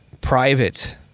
Private